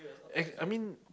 act~ I mean